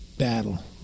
battle